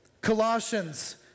Colossians